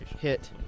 Hit